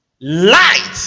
light